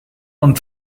und